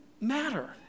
matter